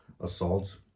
assaults